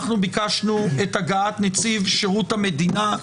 אנחנו ביקשנו את הגעת נציב שירות המדינה.